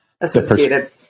associated